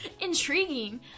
Intriguing